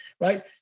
right